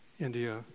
India